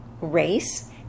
race